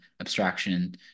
abstraction